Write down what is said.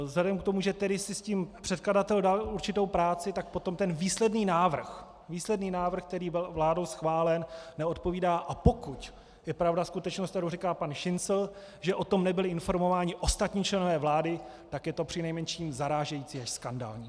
Vzhledem k tomu, že tedy si s tím předkladatel dal určitou práci, tak potom ten výsledný návrh, výsledný návrh, který byl vládou schválen, neodpovídá, a pokud je pravda skutečnost, kterou říká pan Šincl, že o tom nebyli informováni ostatní členové vlády, tak je to přinejmenším zarážející až skandální.